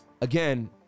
again